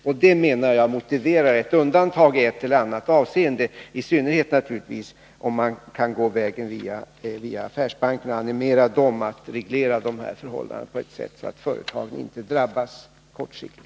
Och det motiverar, anser jag, ett undantag i ett eller annat avseende —i synnerhet om man kan gå vägen via affärsbankerna och animera dem att reglera de här lånen på ett sådant sätt att företagen inte drabbas kortsiktigt.